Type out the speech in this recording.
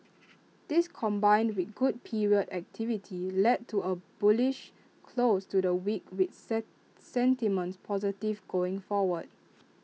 this combined with good period activity led to A bullish close to the week with sentiment positive going forward